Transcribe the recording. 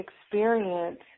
experience